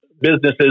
businesses